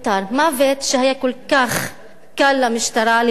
מוות שהיה כל כך קל למשטרה למנוע אותו,